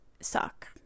suck